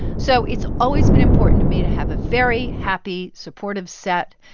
so it's always been important to me to have a very happy, supportive set,